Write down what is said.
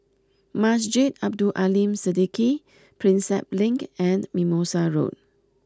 Masjid Abdul Aleem Siddique Prinsep Link and Mimosa Road